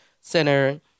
center